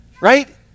right